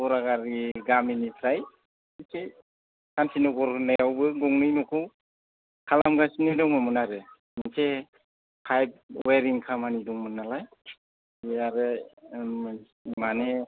बरागारिनि गामिनिफ्राय एसे सानतिनगर होननायावबो गंनै न'खौ खालामगासिनो दङमोन आरो मोनसे पाइप अयेरिं खामानि दंमोन नालाय मैयाबो माने